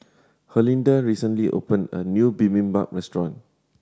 Herlinda recently opened a new Bibimbap Restaurant